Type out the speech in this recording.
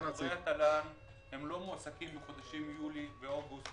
מורי התל"ן לא מועסקים בחודשים יולי ואוגוסט